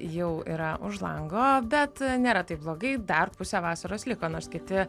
jau yra už lango bet nėra taip blogai dar pusę vasaros liko nors kiti